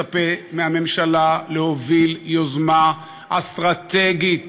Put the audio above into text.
שומעים ורואים: אני מצפה מהממשלה להוביל יוזמה אסטרטגית